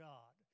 God